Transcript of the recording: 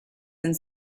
and